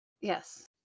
Yes